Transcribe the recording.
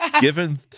given –